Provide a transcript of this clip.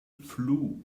flew